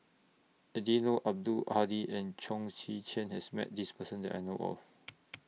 Eddino Abdul Hadi and Chong Tze Chien has Met This Person that I know of